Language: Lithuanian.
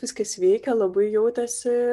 viskas veikia labai jautėsi